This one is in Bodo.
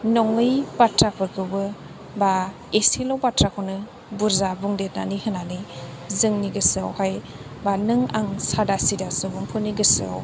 नङै बाथ्राफोरखौबो बा एसेल' बाथ्राखौनो बुरजा बुंदेरनानै होन्नानै जोंनि गोसो आवहाय बा नों आं सादा सिदा सुबुंफोरनि गोसोआव